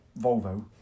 Volvo